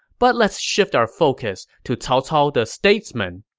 but let's shift our focus to cao cao the statesman,